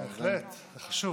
כן, מחטאים, זה חשוב,